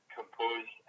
compose